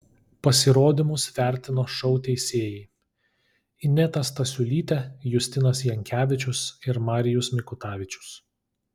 pasirodymus vertino šou teisėjai ineta stasiulytė justinas jankevičius ir marijus mikutavičius